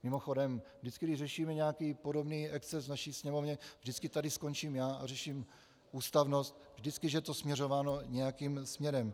Mimochodem, vždycky když řešíme nějaký podobný exces v naší Sněmovně, vždycky tady skončím já a řeším ústavnost, vždycky je to směrováno nějakým směrem.